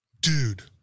dude